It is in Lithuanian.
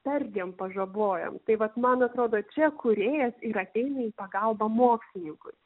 perdėm pažabojam tai vat man atrodo čia kūrėjas ir ateina į pagalbą mokslininkui